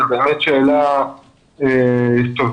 זו באמת שאלה טובה.